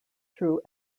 through